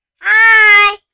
hi